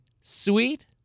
sweet